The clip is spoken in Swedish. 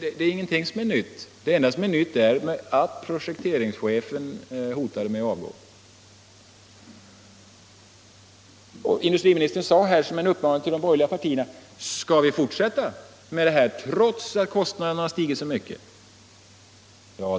Det är ingenting av detta som är nytt. Det enda som är nytt är att projekteringschefen hotade med att avgå. Industriministern frågade, med adress till de borgerliga partierna: Skall vi fortsätta med detta trots att kostnaderna stigit så mycket?